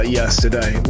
yesterday